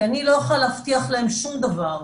כי אני לא יכולה להבטיח להם שום דבר,